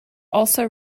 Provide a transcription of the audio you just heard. also